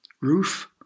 roof